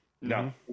No